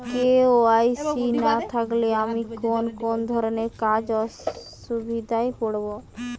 KYC না থাকলে আমি কোন কোন ধরনের কাজে অসুবিধায় পড়ব?